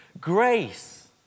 grace